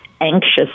anxious